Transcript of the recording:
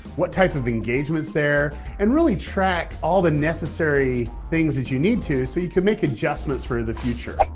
what type of engagement's there, and really track all the necessary things that you need to so you can make adjustments for the future.